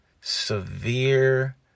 severe